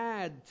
add